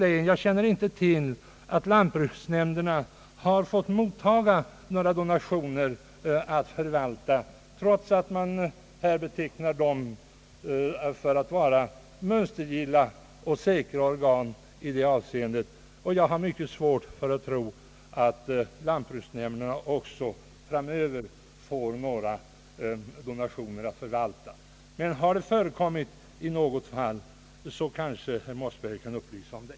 Men jag känner inte till att lantbruksnämnden i något enda län har fått mottaga donationer att förvalta, trots att man här betecknar lantbruksnämnderna som mönstergilla och säkra organ i det avseendet, och jag har mycket svårt att tro, att lantbruksnämnderna inte heller framöver får några sådana donationer. Har det förekommit i något fall, att lantbruksnämnderna fått mottaga någon donation, kanske herr Mossberger kan upplysa om det.